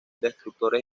destructores